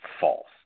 false